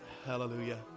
Hallelujah